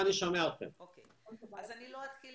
את הדיון הראשון בוועדה הזאת